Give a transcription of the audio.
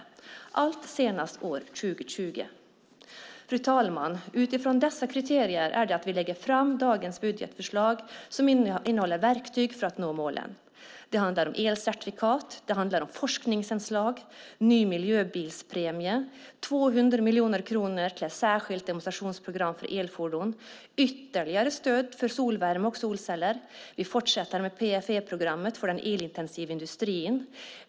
Allt detta ska ha skett senast år 2020. Fru talman! Utifrån dessa kriterier är det vi lägger fram dagens budgetförslag, som innehåller verktyg för att nå målen. Det handlar om elcertifikat, forskningsanslag, ny miljöbilspremie, 200 miljoner kronor till ett särskilt demonstrationsprogram för elfordon och ytterligare stöd för solvärme och solceller. Vi fortsätter PFE-programmet för den elintensiva industrin.